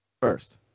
First